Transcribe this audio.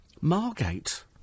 Margate